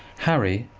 harry,